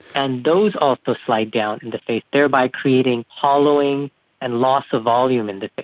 and those also slide down in the face, thereby creating hollowing and loss of volume in the face.